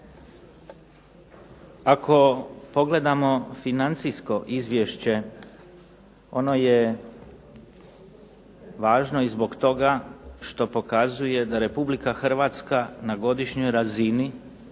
Ako pogledamo financijsko izvješće ono je važno i zbog toga što pokazuje da Republika Hrvatska na godišnjoj razini